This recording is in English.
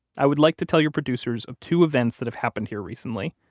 i would like to tell your producers of two events that have happened here recently.